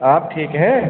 आप ठीक हैं